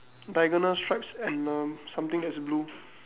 diagonal stripes and err something that's blue